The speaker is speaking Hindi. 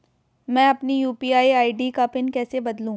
मैं अपनी यू.पी.आई आई.डी का पिन कैसे बदलूं?